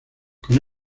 con